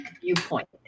viewpoint